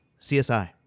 CSI